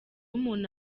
umuntu